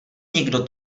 nikdo